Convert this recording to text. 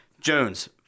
Jones